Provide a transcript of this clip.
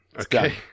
Okay